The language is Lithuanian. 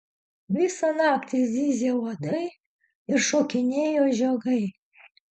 visą naktį zyzė uodai ir šokinėjo žiogai